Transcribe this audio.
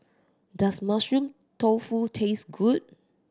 does Mushroom Tofu taste good